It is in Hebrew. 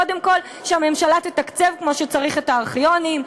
קודם כול שהממשלה תתקצב כמו שצריך את הארכיונים,